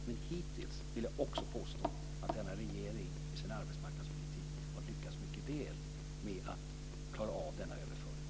Men hittills vill jag påstå att denna regering med sin arbetsmarknadspolitik har lyckats mycket väl med att klara av denna överföring.